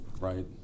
Right